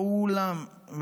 כולם,